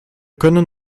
können